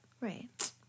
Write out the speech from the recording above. right